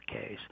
case